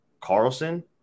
Carlson